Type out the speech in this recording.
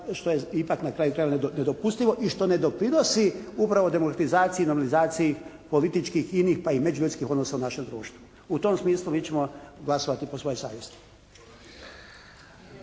što je ipak na kraju, to je nedopustivo i što ne doprinosi upravo demokratizaciji i normalizaciji političkih inih pa i međuljudskih odnosa u našem društvu. U tom smislu mi ćemo glasovati po svojoj savjesti.